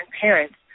parents